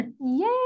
Yay